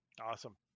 awesome